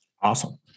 Awesome